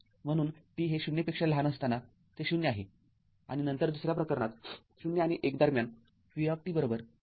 म्हणून t हे ० पेक्षा लहान असताना ते ० आहे आणि नंतर दुसऱ्या प्रकरणात ० आणि १ दरम्यान v ४t आहे